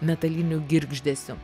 metaliniu girgždesiu